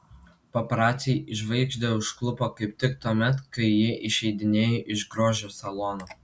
paparaciai žvaigždę užklupo kaip tik tuomet kai ji išeidinėjo iš grožio salono